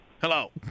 Hello